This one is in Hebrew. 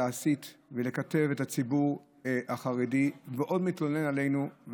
להסית ולקטב את הציבור החרדי, ועוד מתלונן עלינו.